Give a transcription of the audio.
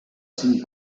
cinc